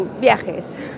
viajes